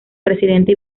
presidente